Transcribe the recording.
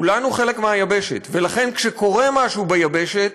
כולנו חלק מהיבשת, ולכן, כשקורה משהו ביבשת,